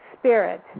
spirit